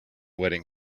wedding